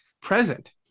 present